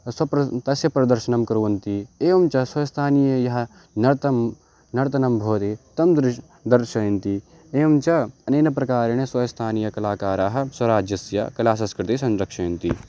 असप्र तस्य प्रदर्शनं कुर्वन्ति एवं च स्वस्थानीयं यत् नर्तनं नर्तनं भवति तत् दृश् दर्शयन्ति एवं च अनेन प्रकारेण स्वस्थानीयकलाकाराः स्वराज्यस्य कलासंस्कृतिं संरक्षयन्ति